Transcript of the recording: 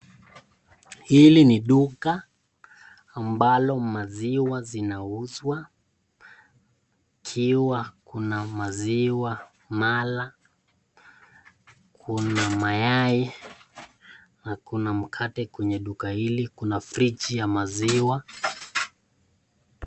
Hili ni duka ambalo maziwa zinauzwa ikiwa kuna maziwa mala kuna mayai na kuna mkate kwenye duka hili, kuna friji ya maziwa.